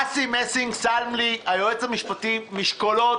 אסי מסינג היועץ המשפטי שם לי משקולות,